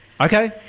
Okay